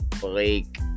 Blake